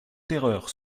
terreurs